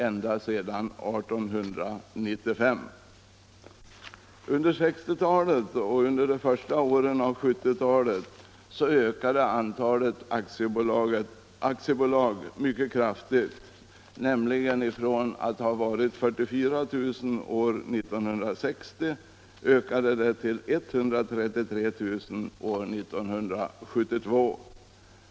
ända sedan 1895. Under 1960-talet och under de första åren av 1970-talet ökade antalet aktiebolag mycket kraftigt, nämligen från 44 000 år 1960 till 133 000 år 1972.